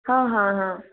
हाँ हाँ हाँ